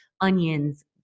onions